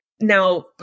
Now